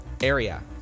area